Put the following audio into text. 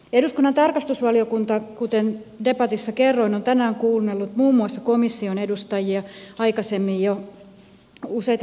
eduskunnan tarkastusvaliokunta kuten debatissa kerroin on tänään kuunnellut muun muassa komission edustajia aikaisemmin jo useita talousasiantuntijoita